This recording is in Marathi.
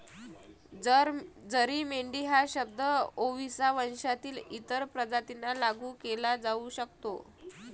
जरी मेंढी हा शब्द ओविसा वंशातील इतर प्रजातींना लागू केला जाऊ शकतो